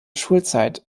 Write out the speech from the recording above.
schulzeit